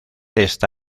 esta